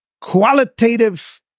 qualitative